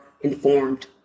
informed